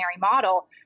model